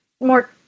more